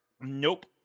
Nope